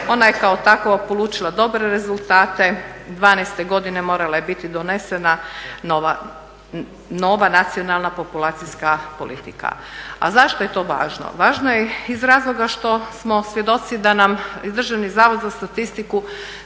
Ona je kao takva polučila dobre rezultate, '12. godine morala je biti donesena nova nacionalna populacijska politika. A zašto je to važno? Važno je iz razloga što smo svjedoci da nam Državni zavod za statistiku